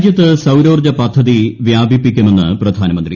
രാജ്യത്ത് സൌരോർജ്ജ പദ്ധതി വ്യാപിപ്പിക്കുമെന്ന് പ്രധാനമന്ത്രി